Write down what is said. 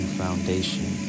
foundation